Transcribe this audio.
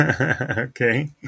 Okay